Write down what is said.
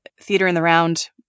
theater-in-the-round